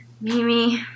Mimi